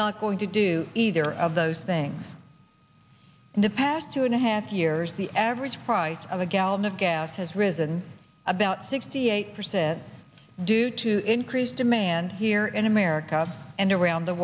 not going to do either of those things in the past two and a half years the average price of a gallon of gas has risen about sixty eight percent due to increased demand here in america and around the